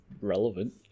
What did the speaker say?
relevant